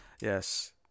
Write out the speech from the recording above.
Yes